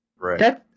Right